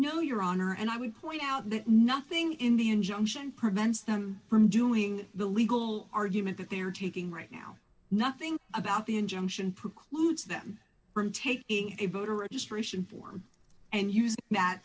no your honor and i would point out that nothing in the injunction prevents them from doing the legal argument that they're taking right now nothing about the injunction precludes them from taking a voter registration form and using that